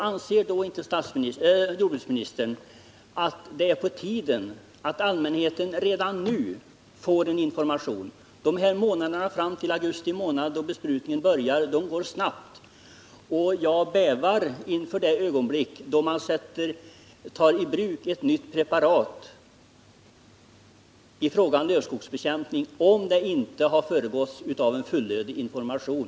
Anser därför inte jordbruksmi nistern att det är på tiden att allmänheten redan nu får information? Månaderna fram till augusti, då besprutningen börjar, går snabbt, och jag bävar inför det ögonblick då man tar i bruk ett nytt preparat för lövskogsbekämpning, om det inte har föregåtts av fullödig information.